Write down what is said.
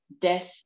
death